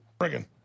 Friggin